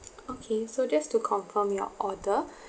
okay so just to confirm your order